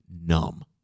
numb